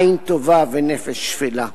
עין טובה ונפש שפלה.